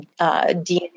DNA